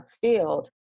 field